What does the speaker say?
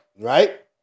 Right